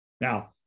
Now